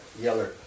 yellow